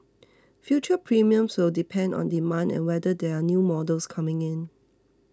future premiums will depend on demand and whether there are new models coming in